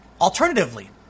Alternatively